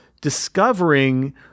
discovering